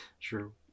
True